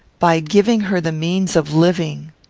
by giving her the means of living.